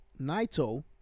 Naito